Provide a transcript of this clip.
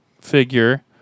figure